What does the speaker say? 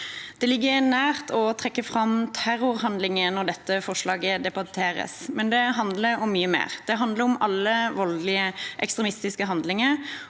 Det ligger nært å trekke fram terrorhandlinger når dette forslaget debatteres, men det handler om mye mer. Det handler om alle voldelige, ekstremistiske handlinger,